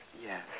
yes